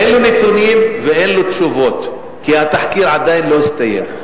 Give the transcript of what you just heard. ההצעה לכלול את הנושא בסדר-היום של הכנסת נתקבלה.